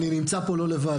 אני נמצא פה לא לבד,